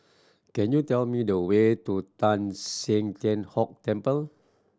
can you tell me the way to Teng San Tian Hock Temple